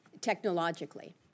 technologically